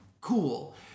cool